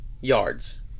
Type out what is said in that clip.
yards